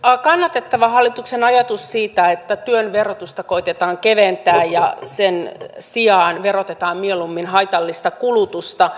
on kannatettava hallituksen ajatusta siitä että työn verotusta koetetaan keventää ja sen sijaan verotetaan mieluummin haitallista kulutusta